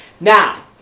Now